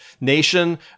nation